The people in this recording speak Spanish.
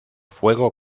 fuego